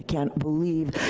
can't believe,